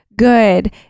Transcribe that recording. good